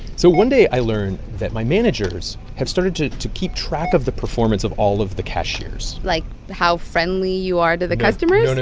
so one day, i learned that my managers have started to to keep track of the performance of all of the cashiers cashiers like how friendly you are to the customers? and